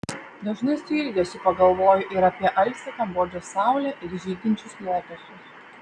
dažnai su ilgesiu pagalvoju ir apie alsią kambodžos saulę ir žydinčius lotosus